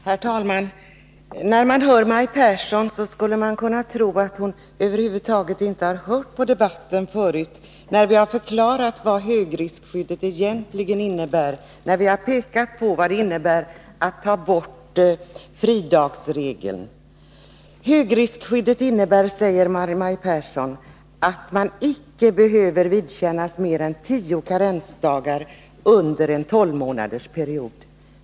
Herr talman! När man hör Maj Pehrsson skulle man kunna tro att hon över huvud taget inte har lyssnat på debatten. Vi har ju förklarat vad högriskskyddet egentligen innebär, och vi har pekat på vad ett borttagande av fridagsregeln skulle innebära. Högriskskyddet innebär, säger Maj Pehrsson, att man icke behöver vidkännas mer än tio karensdagar under en tolvmånadersperiod.